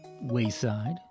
Wayside